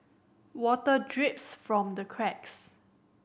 water drips from the cracks